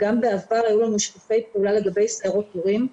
גם בעבר היו לנו שיתופי פעולה לגבי סיירות הורים.